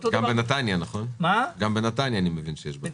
גם בנתניה אני מבין שיש בעיות.